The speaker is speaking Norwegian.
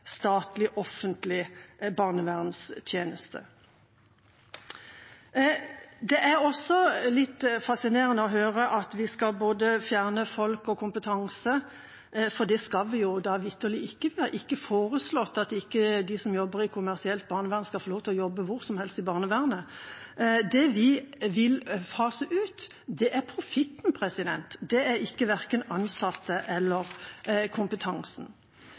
statlig offentlig barnevernstjeneste. Det er også litt fascinerende å høre at vi både skal fjerne folk og kompetanse, for det skal vi da vitterlig ikke. Vi har ikke foreslått at de som jobber i kommersielt barnevern, ikke skal få lov til å jobbe – hvor som helst – i barnevernet. Det vi vil fase ut, er profitten, det er verken ansatte eller kompetansen.